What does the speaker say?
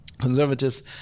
Conservatives